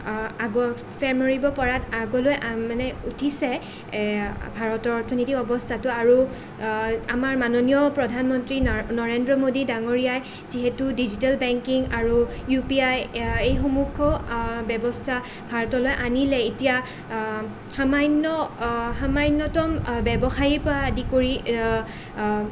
আগত ফেৰ মাৰিব পৰাত আগলৈ মানে উঠিছে ভাৰতৰ অৰ্থনীতি অৱস্থাটো আৰু আমাৰ মাননীয় প্ৰধানমন্ত্ৰী নৰেন্দ্ৰ মোদী ডাঙৰীয়াই যিহেতু ডিজিটেল বেংকিং আৰু ইউ পি আই এয়া এইসমূহকো ব্যৱস্থা ভাৰতলৈ আনিলে এতিয়া সামান্য সামান্যতম ব্যৱসায়ীৰ পৰা আদি কৰি